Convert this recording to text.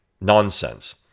nonsense